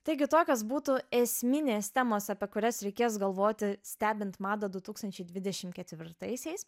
taigi tokios būtų esminės temos apie kurias reikės galvoti stebint madą du tūkstančiai dvidešim ketvirtaisiais